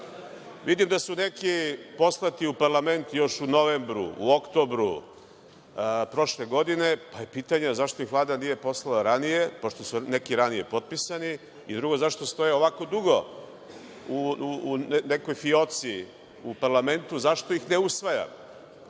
da su neki poslati u parlament još u novembru, u oktobru prošle godine, pa je pitanje zašto ih Vlada nije poslala ranije, pošto su neki ranije potpisani? Drugo, zašto stoje ovako dugo u nekoj fijoci u parlamentu, zašto ih ne usvajamo?